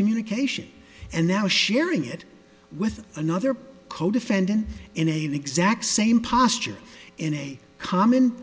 communication and now sharing it with another codefendant in a the exact same posture in a common